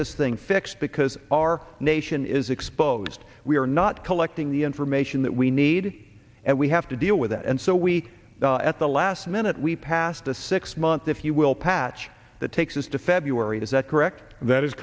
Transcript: this thing fixed because our nation is exposed we're not collecting the information that we need and we have to deal with that and so we at the last minute we passed a six month if you will patch that takes us to february is that correct that is